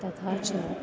तथा च